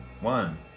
One